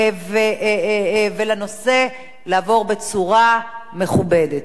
ולנושא לעבור בצורה מכובדת.